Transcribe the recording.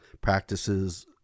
practices